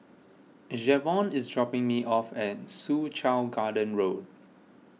Javon is dropping me off at Soo Chow Garden Road